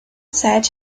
said